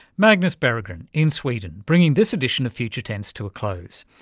magnus berggren in sweden, bringing this edition of future tense to a close.